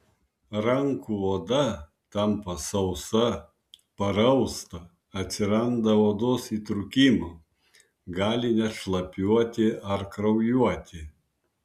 rankų oda tampa sausa parausta atsiranda odos įtrūkimų gali net šlapiuoti ar kraujuoti